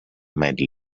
made